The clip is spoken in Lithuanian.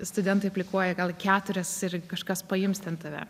studentai aplikuoja gal į keturias ir kažkas paims ten tave